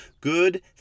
good